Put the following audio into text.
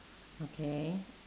okay